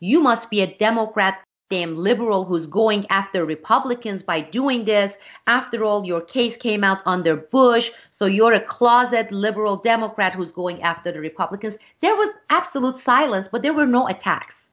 you must be a democrat damn liberal who's going after republicans by doing this after all your case came out on the bush so you're a closet liberal democrat who's going after the republicans there was absolute silence but there were no attacks